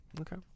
Okay